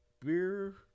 beer